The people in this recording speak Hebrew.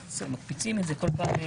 מצטערת.